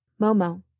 Momo